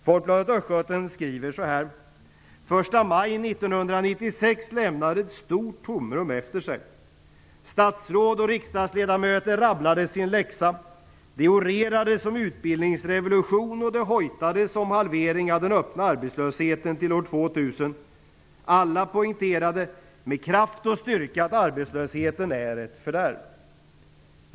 Folkbladet Östgöten skriver: "1 maj 1996 lämnar ett stort tomrum efter sig. Statsråd och riksdagsledamöter rabblade sin läxa. Det orerades om utbildningsrevolution och det hojtades om halvering av den öppna arbetslösheten till år 2000. Alla poängterade med kraft och styrka att arbetslösheten är ett fördärv."